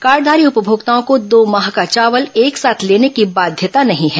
कार्डघारी उपभोक्ताओं को दो माह का चावल एक साथ लेने की बाध्यता नहीं हैं